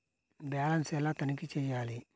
Balance ఎలా తనిఖీ చేయాలి?